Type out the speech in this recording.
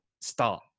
start